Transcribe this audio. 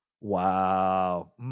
Wow